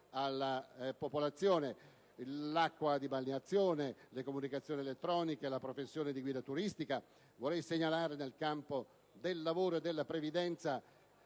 alla popolazione, quali le acque di balneazione, le comunicazioni elettroniche e la professione di guida turistica. Vorrei segnalare, nel campo del lavoro e della previdenza,